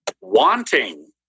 wanting